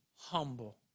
humble